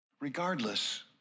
Regardless